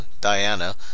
Diana